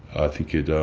i think it